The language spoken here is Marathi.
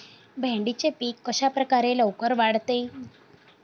भेंडीचे पीक कशाप्रकारे लवकर वाढते?